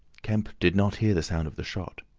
kemp did not hear the sound of the shot.